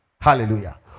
Hallelujah